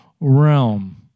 realm